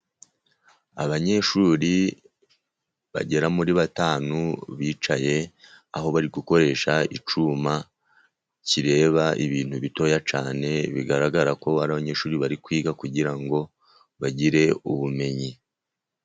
Abanyeshuri bagera muri batanu, bicaye aho bari gukoresha icyuma kireba ibintu bitoya cyane, bigaragara ko abanyeshuri bari kwiga, kugira ngo bagire ubumenyi.